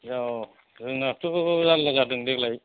औ जोंनाथ' जारला जादों देग्लाय